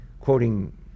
quoting